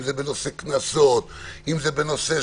אם זה בנושא קנסות, הגבלות.